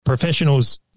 Professionals